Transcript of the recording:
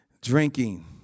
Drinking